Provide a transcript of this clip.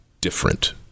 different